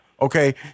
Okay